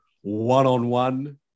one-on-one